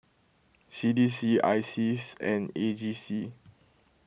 C D C I Seas and A G C